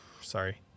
sorry